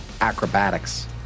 acrobatics